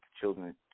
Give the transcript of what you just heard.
children